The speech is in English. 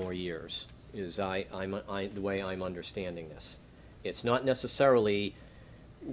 more years is the way i'm understanding this it's not necessarily